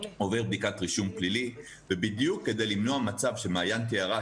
עובר בדיקת רישום פלילי בדיוק כדי למנוע מצב שמעיין תיארה,